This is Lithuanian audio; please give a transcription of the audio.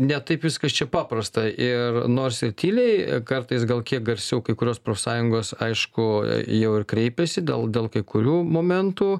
ne taip viskas čia paprasta ir nors ir tyliai kartais gal kiek garsiau kai kurios profsąjungos aišku jau ir kreipėsi dėl dėl kai kurių momentų